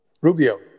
Rubio